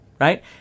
Right